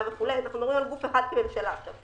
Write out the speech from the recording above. אנחנו מדברים על גוף אחד כממשלה עכשיו.